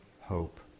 hope